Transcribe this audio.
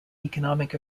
economic